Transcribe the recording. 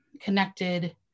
connected